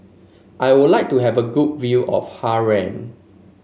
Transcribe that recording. I would like to have a good view of Harare